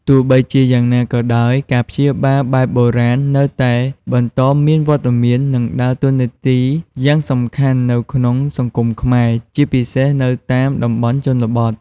ទោះជាយ៉ាងណាក៏ដោយ ការព្យាបាលបែបបុរាណនៅតែបន្តមានវត្តមាន និងដើរតួនាទីយ៉ាងសំខាន់នៅក្នុងសង្គមខ្មែរ ជាពិសេសនៅតាមតំបន់ជនបទ។